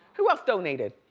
who else donated?